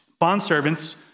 Bondservants